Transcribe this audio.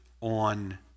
on